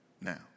now